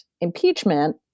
impeachment